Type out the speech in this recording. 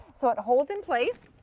so it holds in place.